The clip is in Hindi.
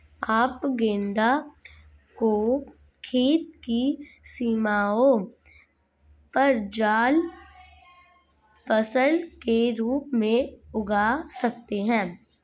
आप गेंदा को खेत की सीमाओं पर जाल फसल के रूप में उगा सकते हैं